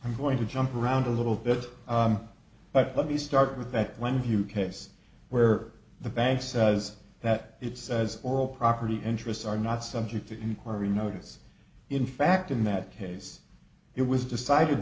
i'm going to jump around a little bit but let me start with that one view case where the bank says that it says all property interests are not subject to inquiry notice in fact in that case it was decided